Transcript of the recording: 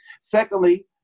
Secondly